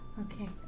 Okay